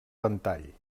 ventall